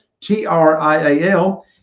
T-R-I-A-L